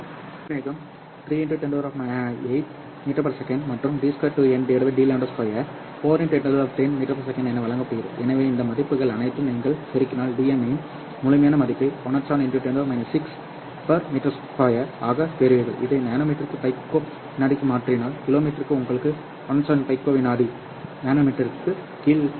ஒளியின் வேகம் 3 10 8 m s மற்றும் d 2n dλ 2 4 1010 m 2 என வழங்கப்படுகிறது எனவே இந்த மதிப்புகள் அனைத்தையும் நீங்கள் செருகினால் Dm இன் முழுமையான மதிப்பை 10710 6s m2 ஆக பெறுவீர்கள் இதை நானோமீட்டருக்கு பைக்கோ வினாடிக்கு மாற்றினால் கிலோமீட்டர் உங்களுக்கு 107 பைக்கோ வினாடி நானோமீட்டர் கிமீ கொடுக்கும்